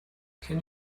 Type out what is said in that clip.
can